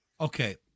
Okay